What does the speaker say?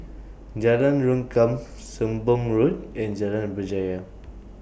Jalan Rengkam Sembong Road and Jalan Berjaya